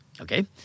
Okay